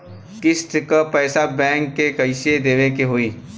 किस्त क पैसा बैंक के कइसे देवे के होई?